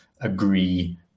agree